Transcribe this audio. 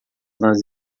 nas